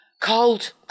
cold